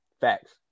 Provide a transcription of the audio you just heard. facts